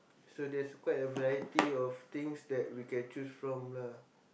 so there's quite a variety of things that we can choose from lah